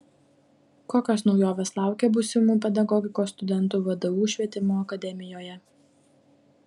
kokios naujovės laukia būsimų pedagogikos studentų vdu švietimo akademijoje